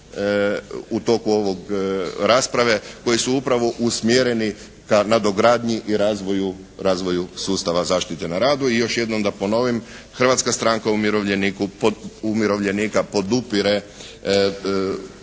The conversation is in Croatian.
u toku ove rasprave, koji su upravo usmjereni ka nadogradnji i razvoju sustava zaštite na radu. I još jednom da ponovim Hrvatska stranka umirovljenika podupire